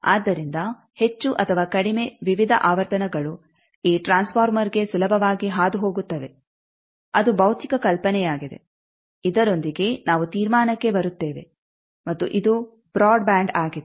ಆದ್ದರಿಂದ ಹೆಚ್ಚು ಅಥವಾ ಕಡಿಮೆ ವಿವಿಧ ಆವರ್ತನಗಳು ಈ ಟ್ರಾನ್ಸ್ ಫಾರ್ಮರ್ಗೆ ಸುಲಭವಾಗಿ ಹಾದುಹೋಗುತ್ತವೆ ಅದು ಭೌತಿಕ ಕಲ್ಪನೆಯಾಗಿದೆ ಇದರೊಂದಿಗೆ ನಾವು ತೀರ್ಮಾನಕ್ಕೆ ಬರುತ್ತೇವೆ ಮತ್ತು ಇದು ಬ್ರಾಡ್ ಬ್ಯಾಂಡ್ ಆಗಿದೆ